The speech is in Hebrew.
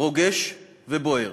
רוגש ובוער.